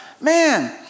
Man